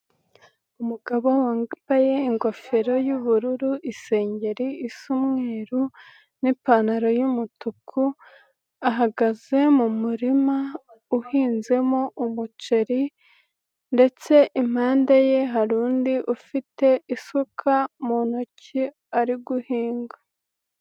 Umugabo wambaye ingofero y'ubururu, isengenyeri isa umweruru n'ipantaro y'umutuku, ahagaze mu murima uhinzemo umuceri ndetse impande ye hari undi ufite isuka mu ntoki ari guhinga.